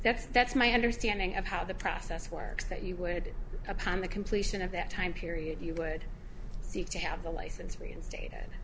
that's that's my understanding of how the process works that you would upon the completion of that time period you would seek to have the license reinstate